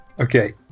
Okay